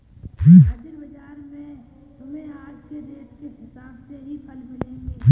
हाजिर बाजार में तुम्हें आज के रेट के हिसाब से ही फल मिलेंगे